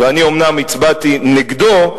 ואני אומנם הצבעתי נגדו,